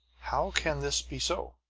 how can this be so?